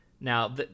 Now